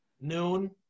Noon